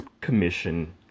Commission